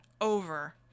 over